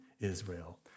Israel